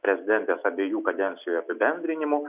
prezidentės abiejų kadencijų apibendrinimų